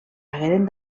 hagueren